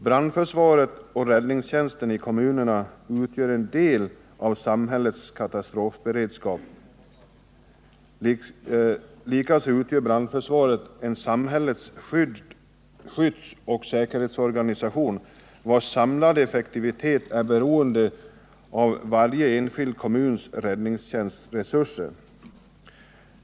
Brandförsvaret och räddningstjänsten i kommunerna utgör en del av samhällets katastrofberedskap. Likaså utgör brandförsvaret en samhällets skyddsoch säkerhetsorganisation, vars samlade effektivitet är beroende av räddningstjänstens resurser i varje enskild kommun.